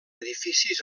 edificis